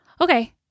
Okay